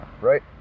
Right